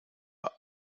heute